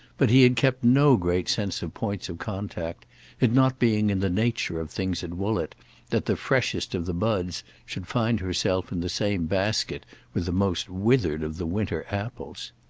but he had kept no great sense of points of contact it not being in the nature of things at woollett that the freshest of the buds should find herself in the same basket with the most withered of the winter apples.